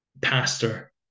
pastor